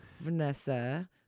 Vanessa